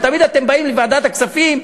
תמיד אתם באים לוועדת הכספים,